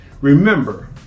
Remember